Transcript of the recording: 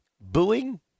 Booing